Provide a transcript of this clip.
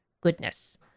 goodness